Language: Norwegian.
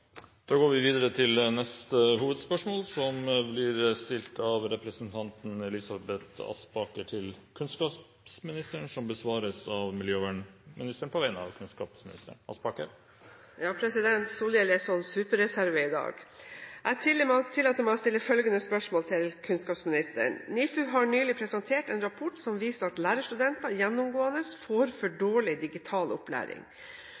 representanten Elisabeth Aspaker til kunnskapsministeren, vil bli besvart av miljøvernministeren på vegne av kunnskapsministeren. Solhjell er sånn superreserve i dag. Jeg tillater meg å stille følgende spørsmål til kunnskapsministeren: «NIFU har nylig presentert en rapport som viser at lærerstudenter gjennomgående får for dårlig digital opplæring.